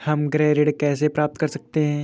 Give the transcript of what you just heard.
हम गृह ऋण कैसे प्राप्त कर सकते हैं?